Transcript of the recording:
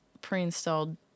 pre-installed